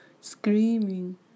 Screaming